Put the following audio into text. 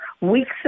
weeks